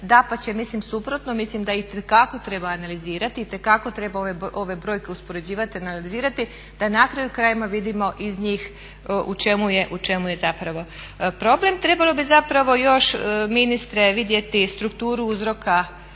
dapače mislim suprotno, mislim da itekako treba analizirati, itekako treba ove brojke uspoređivati i analizirati da na kraju krajeva vidimo iz njih u čemu je zapravo problem. Trebalo bi zapravo još ministre vidjeti strukturu uzroka